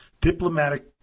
Diplomatic